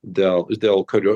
dėl dėl karių